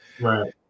Right